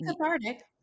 cathartic